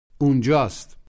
Unjust